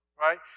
right